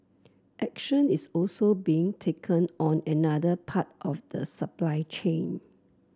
action is also being taken on another part of the supply chain